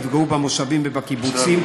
יפגעו במושבים ובקיבוצים,